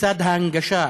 לצד ההנגשה,